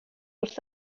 wrth